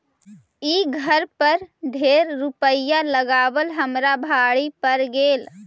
ई घर पर ढेर रूपईया लगाबल हमरा भारी पड़ गेल